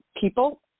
people